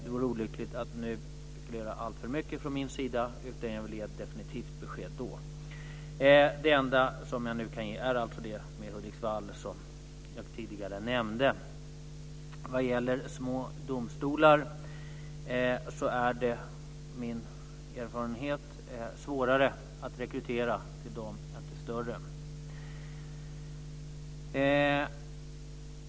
Det vore olyckligt att nu spekulera alltför mycket från min sida, utan jag vill ge definitivt besked då. Det enda besked jag nu kan ge är det om Hudiksvall, som jag tidigare nämnde. Vad gäller små domstolar är det enligt min erfarenhet svårare att rekrytera till dem än till de större.